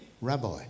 Rabbi